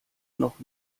noch